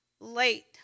late